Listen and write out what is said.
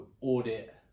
audit